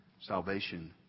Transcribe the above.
salvation